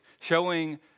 showing